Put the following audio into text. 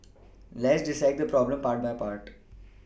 let's dissect this problem part by part